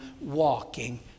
walking